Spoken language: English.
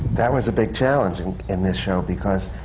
that was a big challenge and in this show, because